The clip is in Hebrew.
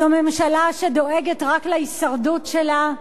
זו ממשלה שדואגת רק להישרדות שלה.